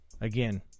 Again